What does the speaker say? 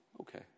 okay